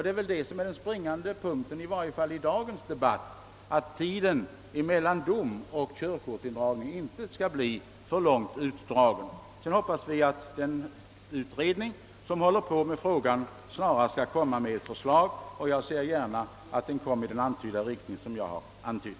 Den springande punk: ten — i varje fall i dagens debatt — är också just detta att tiden mellan dom och körkortsindragning inte skall dras ut så långt. Nu får vi väl hoppas att den utredning som sysslar med frågan snarast skall komma med ett förslag, och jag ser gärna att det går i den riktning jag här antytt.